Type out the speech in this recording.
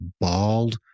bald